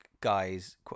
guys